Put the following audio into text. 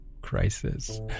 crisis